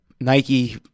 Nike